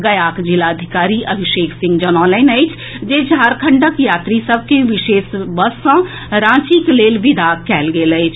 गयाक जिलाधिकारी अभिषेक सिंह जनौलनि अछि जे झारखण्डक यात्री सभ के विशेष बस सँ रांचीक लेल विदा कएल गेल अछि